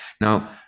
Now